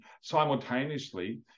simultaneously